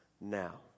now